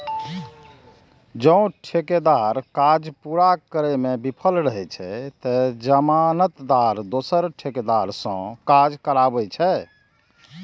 जौं ठेकेदार काज पूरा करै मे विफल रहै छै, ते जमानतदार दोसर ठेकेदार सं काज कराबै छै